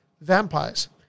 vampires